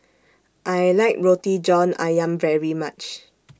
I like Roti John Ayam very much